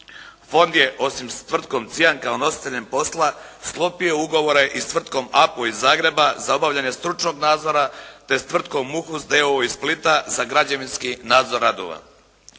Fond je osim s tvrtkom “Cijan“ kao nositeljem posla sklopio ugovore i s tvrtkom “Apo“ iz Zagreba za obavljanje stručnog nadzora, te s tvrtkom “Muhus“ d.o.o. iz Splita za građevinski nadzor radova.